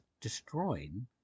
destroying